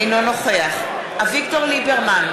אינו נוכח אביגדור ליברמן,